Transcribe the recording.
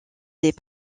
des